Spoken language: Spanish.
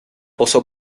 posó